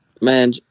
Man